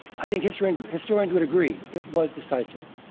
i think historians historians would agree, it was decisive,